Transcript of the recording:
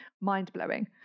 mind-blowing